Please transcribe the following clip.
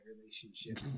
relationship